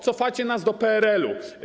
Cofacie nas do PRL-u.